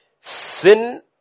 Sin